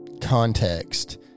context